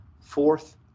fourth